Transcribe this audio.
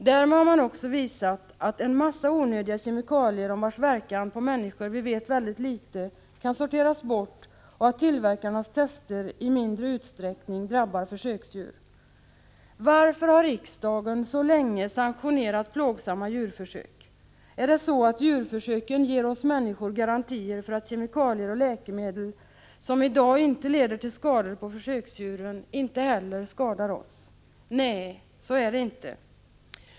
Därmed har man också visat att en massa onödiga kemikalier om vars verkan på människor vi vet väldigt litet kan sorteras bort och att tillverkarnas tester i mindre utsträckning drabbar försöksdjur. Varför har riksdagen så länge sanktionerat plågsamma djurförsök? Är det så att djurförsöken ger oss människor garantier för att kemikalier och läkemedel som inte leder till skador på försöksdjuren inte heller skadar oss? Nej, så är det inte.